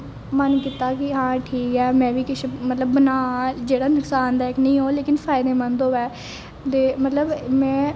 मन किता कि हां एह् ठीक ऐ में वी किश मतलब बनां जेहडा नुक्सान ते नेई ऐ ओह् लैकिन फायदेमंद होवे ते मतलब में